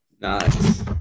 Nice